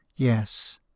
Yes